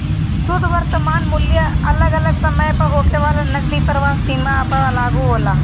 शुद्ध वर्तमान मूल्य अगल अलग समय पअ होखे वाला नगदी प्रवाह सीमा पअ लागू होला